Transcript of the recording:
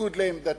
בניגוד לעמדתי,